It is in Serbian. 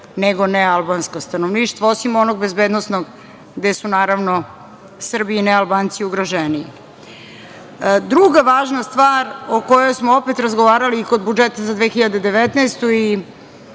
nego nealbansko stanovništvo, osim onog bezbednosnog, gde su naravno Srbi i nealbanci ugroženiji. Druga važna stvar o kojoj smo opet razgovarali i kod budžeta za 2019. i